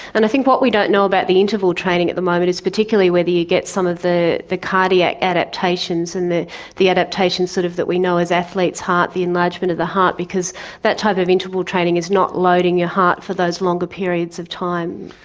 and i think what we don't know about the interval training at the moment is particularly whether you get some of the the cardiac adaptations and the the adaptations sort of that we know as athletes heart, the enlargement of the heart, because that type of interval training is not loading your heart for those longer periods of time.